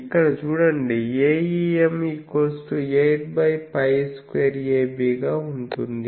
ఇక్కడ చూడండి Aem 8π2ab గా ఉంటుంది